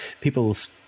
people's